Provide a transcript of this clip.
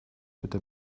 bitte